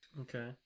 Okay